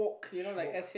smoke